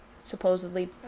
Supposedly